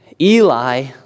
Eli